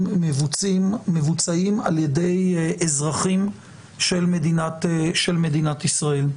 מבוצעים על ידי אזרחים של מדינת ישראל.